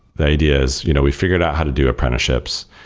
the idea is you know we figured out how to do apprenticeships.